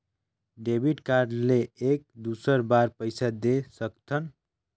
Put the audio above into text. Debit card ले एक दुसर बार पइसा दे सकथन?